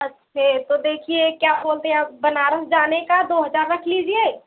अच्छे तो देखिए क्या बोलते हैं आप बनारस जाने का दो हजार रख लीजिए